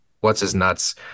what's-his-nuts